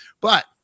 But-